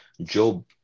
Job